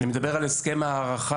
אני מדבר על הסכם ההארכה,